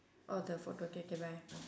oh the photo okay K bye